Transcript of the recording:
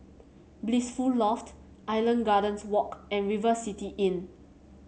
Blissful Loft Island Gardens Walk and River City Inn